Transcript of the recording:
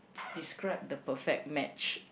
describe the perfect match